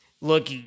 look